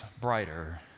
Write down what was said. brighter